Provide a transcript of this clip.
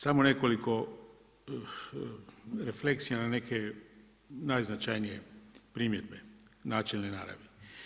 Samo nekoliko refleksija na neke najznačajnije primjedbe načelne naravi.